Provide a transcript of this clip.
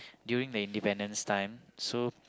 during the independence time so